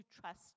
trust